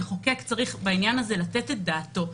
המחוקק צריך בעניין הזה לתת דעתו.